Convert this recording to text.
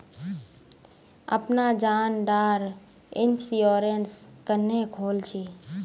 अपना जान डार इंश्योरेंस क्नेहे खोल छी?